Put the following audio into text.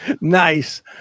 Nice